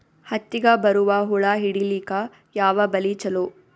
ಹತ್ತಿಗ ಬರುವ ಹುಳ ಹಿಡೀಲಿಕ ಯಾವ ಬಲಿ ಚಲೋ?